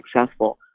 successful